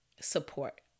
support